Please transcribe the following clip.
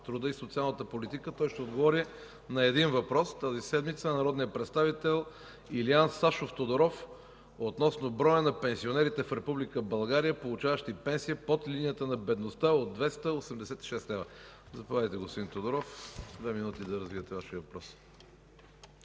труда и социалната политика. Той ще отговори на един въпрос тази седмица – от народния представител Илиан Сашов Тодоров, относно броя на пенсионерите в Република България, получаващи пенсия под линията на бедността от 286 лв. Заповядайте, господин Тодоров – две минути да развиете Вашия въпрос.